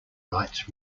rights